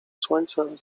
słońca